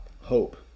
hope